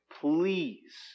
Please